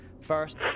First